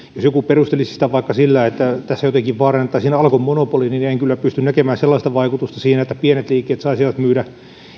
jos joku perustelisi sitä vaikka sillä että tässä jotenkin vaarannettaisiin alkon monopoli niin en kyllä pysty näkemään sellaista vaikutusta sillä että pienet liikkeet saisivat myydä